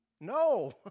No